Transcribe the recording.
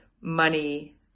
money